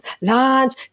lunch